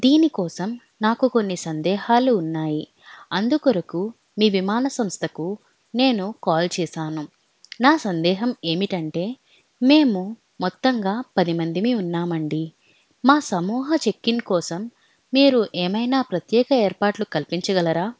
దీనికోసం నాకు కొన్ని సందేహాలు ఉన్నాయి అందుకొరకు మీ విమాన సంస్థకు నేను కాల్ చేశాను నా సందేహం ఏమిటి అంటే మేము మొత్తంగా పదిమందిమి ఉన్నామండి మా సమూహ చెక్ ఇన్ కోసం మీరు ఏమైనా ప్రత్యేక ఏర్పాట్లు కల్పించగలరా